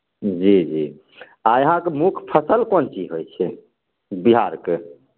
जी जी आ यहाॅंके मुख फसल कोन चीज होई छै बिहारके